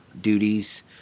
duties